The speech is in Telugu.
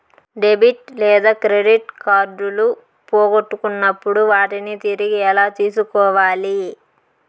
డెబిట్ లేదా క్రెడిట్ కార్డులు పోగొట్టుకున్నప్పుడు వాటిని తిరిగి ఎలా తీసుకోవాలి